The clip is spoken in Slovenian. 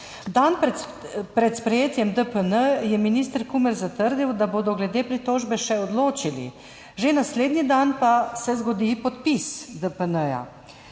Dan pred sprejetjem DPN je minister Kumer zatrdil, da bodo glede pritožbe še odločili, že naslednji dan pa se zgodi podpis DPN.